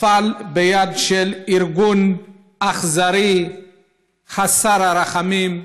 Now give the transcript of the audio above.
נפל ביד של ארגון אכזרי חסר רחמים,